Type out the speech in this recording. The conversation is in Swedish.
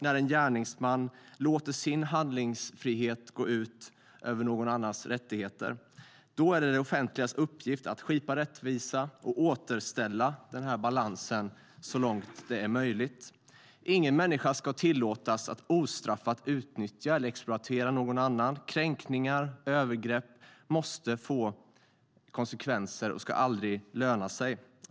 När en gärningsman låter sin handlingsfrihet gå ut över andras rättigheter ska det offentligas uppgift vara att skipa rättvisa och att återställa balansen så långt det är möjligt. Ingen människa ska tillåtas att ostraffat utnyttja eller exploatera någon annan. Kränkningar och övergrepp måste få konsekvenser och ska aldrig löna sig.